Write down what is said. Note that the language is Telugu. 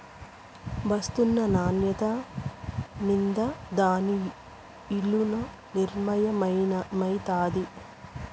ఒస్తున్న నాన్యత మింద దాని ఇలున నిర్మయమైతాది